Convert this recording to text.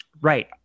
Right